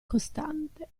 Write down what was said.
costante